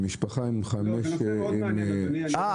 שמשפחה עם חמש נפשות